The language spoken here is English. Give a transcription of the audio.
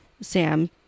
Sam